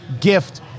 gift